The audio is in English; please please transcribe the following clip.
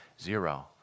zero